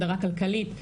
הדרה כלכלית.